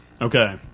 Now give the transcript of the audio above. Okay